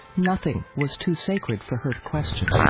nothing was too sacred for her to question,